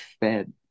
fed